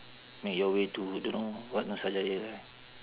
make your way to don't know what nusajaya